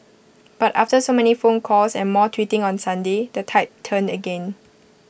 but after so many phone calls and more tweeting on Sunday the tide turned again